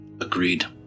Agreed